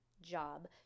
job